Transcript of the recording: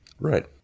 Right